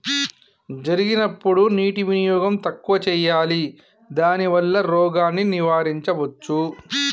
జరిగినప్పుడు నీటి వినియోగం తక్కువ చేయాలి దానివల్ల రోగాన్ని నివారించవచ్చా?